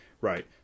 right